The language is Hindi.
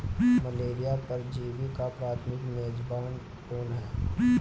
मलेरिया परजीवी का प्राथमिक मेजबान कौन है?